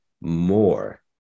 more